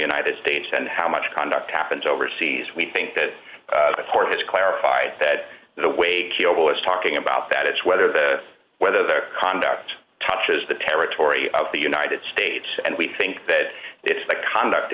united states and how much conduct happens overseas we think that the court has clarified that the way cable is talking about that is whether the whether the conduct touches the territory of the united states and we think that it's the conduct